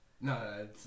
no